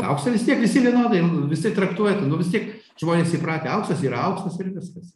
auksą vis tiek visi vienodai visi traktuoja vis tiek žmonės įpratę auksas yra auksas ir viskas